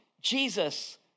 Jesus